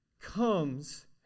comes